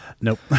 Nope